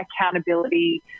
accountability